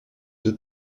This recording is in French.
deux